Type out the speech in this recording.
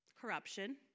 corruption